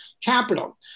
capital